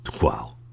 Wow